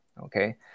okay